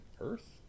earth